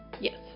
yes